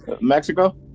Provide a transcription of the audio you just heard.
Mexico